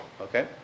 okay